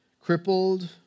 crippled